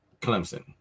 Clemson